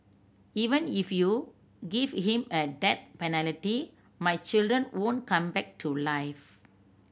even if you give him a death my children won't come back to life